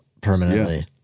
permanently